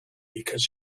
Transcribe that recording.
because